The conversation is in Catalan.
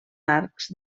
arcs